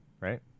Right